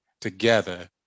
together